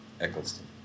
Eccleston